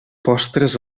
postres